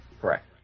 Correct